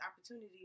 opportunity